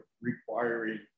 requiring